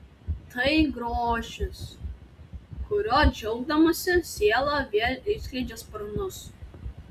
tai grožis kuriuo džiaugdamasi siela vėl išskleidžia sparnus